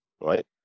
Right